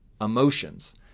emotions